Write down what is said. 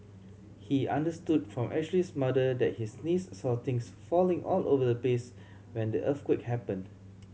he understood from Ashley's mother that his niece saw things falling all over the place when the earthquake happened